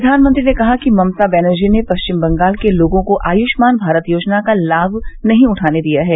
प्रधानमंत्री ने कहा कि ममता बनर्जी ने पश्चिम बंगाल के लोगों को आयुष्मान भारत योजना का लाभ नहीं उठाने दिया है